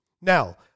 Now